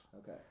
Okay